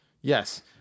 Yes